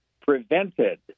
prevented